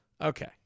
Okay